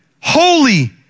holy